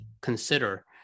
consider